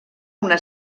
una